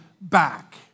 back